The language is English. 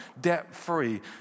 debt-free